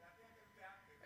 לדעתי אתם תיאמתם.